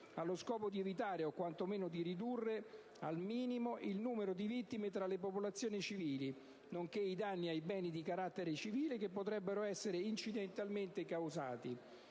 allo scopo di evitare o quantomeno di ridurre al minimo il numero di vittime tra le popolazioni civili, nonché i danni ai beni di carattere civile che potrebbero essere incidentalmente causati.